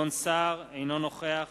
אינו נוכח